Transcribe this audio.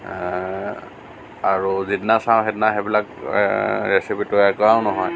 আৰু যিদিনা চাওঁ সেইদিনা সেইবিলাক ৰেচিপি তৈয়াৰ কৰাও নহয়